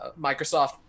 Microsoft